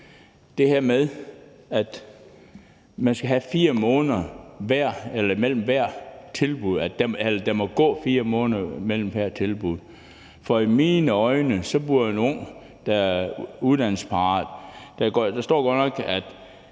det her med, at der må gå 4 måneder imellem hvert tilbud, for i mine øjne burde en ung, der er uddannelsesparat – der står godt nok, at